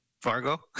Fargo